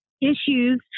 issues